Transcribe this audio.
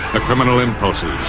the criminal impulses,